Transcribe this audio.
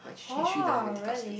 oh really